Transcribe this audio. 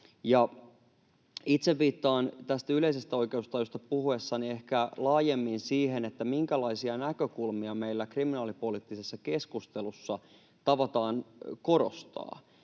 Itse viittaan tästä yleisestä oikeustajusta puhuessani ehkä laajemmin siihen, minkälaisia näkökulmia meillä kriminaalipoliittisessa keskustelussa tavataan korostaa.